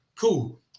cool